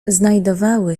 znajdowały